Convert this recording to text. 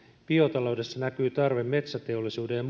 biotaloudessa näkyy tarve metsäteollisuuden